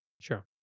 Sure